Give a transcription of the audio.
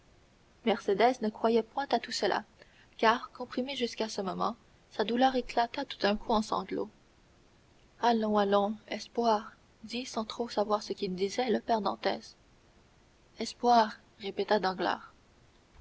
mercédès ne croyait point à tout cela car comprimée jusqu'à ce moment sa douleur éclata tout à coup en sanglots allons allons espoir dit sans trop savoir ce qu'il disait le père dantès espoir répéta